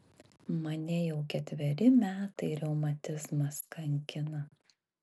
mane jau ketveri metai reumatizmas kankina